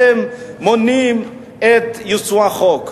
אתם מונעים את יישום החוק.